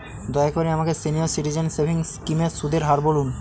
দয়া করে আমাকে সিনিয়র সিটিজেন সেভিংস স্কিমের সুদের হার বলুন